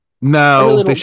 No